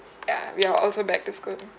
ya we are also back to school